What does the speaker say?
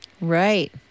Right